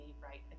right